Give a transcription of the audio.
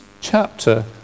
chapter